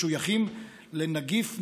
משויכים לנגיף מסוג,